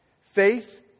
Faith